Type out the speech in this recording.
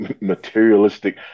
materialistic